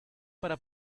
para